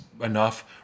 enough